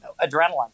adrenaline